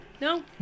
no